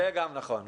זה גם נכון.